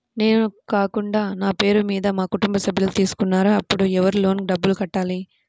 నేను కాకుండా నా పేరు మీద మా కుటుంబ సభ్యులు తీసుకున్నారు అప్పుడు ఎవరు లోన్ డబ్బులు కట్టాలి?